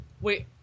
Wait